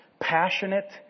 Passionate